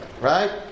right